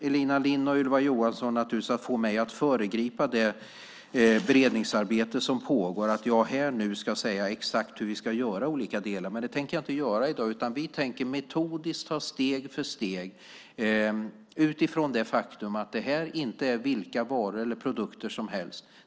Elina Linna och Ylva Johansson försöker naturligtvis få mig att föregripa det beredningsarbete som pågår genom att här och nu säga exakt hur vi ska göra i olika delar, men det tänker jag inte göra i dag. Vi tänker metodiskt ta steg för steg utifrån det faktum att det här inte är vilka varor eller produkter som helst.